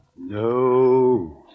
No